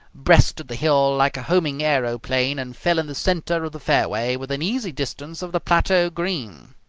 breasted the hill like a homing aeroplane and fell in the centre of the fairway within easy distance of the plateau green.